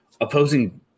opposing